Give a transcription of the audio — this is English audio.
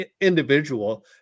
individual